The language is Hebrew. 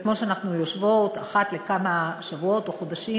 וכמו שאנחנו יושבות אחת לכמה שבועות או חודשים,